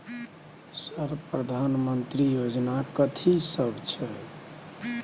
Sir प्रधानमंत्री योजना कथि सब छै?